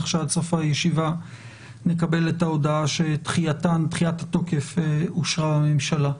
שעד סוף הישיבה נקבל את ההודעה שדחיית התוקף אושרה בממשלה.